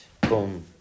boom